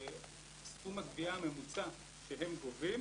וסכום הגביה הממוצע שהם גובים,